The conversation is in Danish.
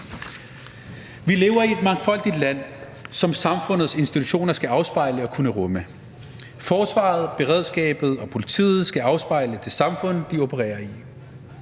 Vi lever i et mangfoldigt land, som samfundets institutioner skal afspejle og kunne rumme. Forsvaret, beredskabet og politiet skal afspejle det samfund, de opererer i,